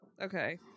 Okay